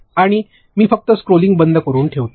आणि मी फक्त स्क्रोलिंग बंद करून ठेवतो